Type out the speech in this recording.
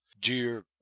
dear